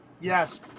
Yes